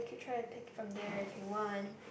could try and take from there if you want